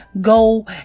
go